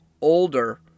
older